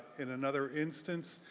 in another instance,